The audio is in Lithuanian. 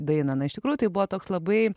dainą na iš tikrųjų tai buvo toks labai